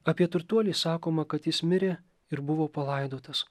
apie turtuolį sakoma kad jis mirė ir buvo palaidotas